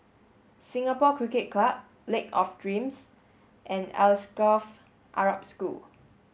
Singapore Cricket Club Lake of Dreams and Alsagoff Arab School